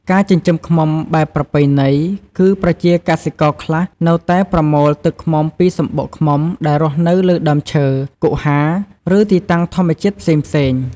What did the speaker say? ការចិញ្ចឹមឃ្មុំបែបប្រពៃណីគឺ ប្រជាកសិករខ្លះនៅតែប្រមូលទឹកឃ្មុំពីសំបុកឃ្មុំដែលរស់នៅលើដើមឈើ គុហា ឬទីតាំងធម្មជាតិផ្សេងៗ។